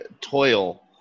toil